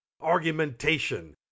argumentation